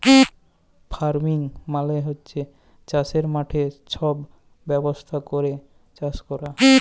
farming মালে হছে চাষের মাঠে ছব ব্যবস্থা ক্যইরে চাষ ক্যরা